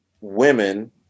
women